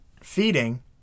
feeding